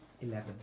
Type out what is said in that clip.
Eleven